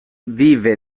vive